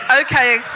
Okay